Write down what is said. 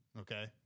okay